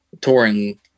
touring